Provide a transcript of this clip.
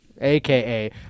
AKA